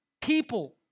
people